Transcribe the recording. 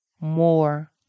more